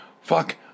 fuck